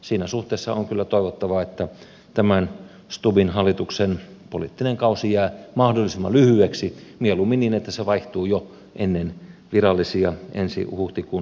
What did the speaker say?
siinä suhteessa on kyllä toivottava että tämän stubbin hallituksen poliittinen kausi jää mahdollisimman lyhyeksi mieluummin niin että se vaihtuu jo ennen virallisia ensi huhtikuun eduskuntavaaleja